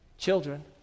Children